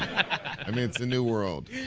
i mean it's the new world.